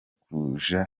kuja